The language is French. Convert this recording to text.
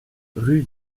rue